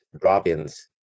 drop-ins